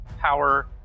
power